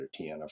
Tiana